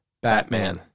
Batman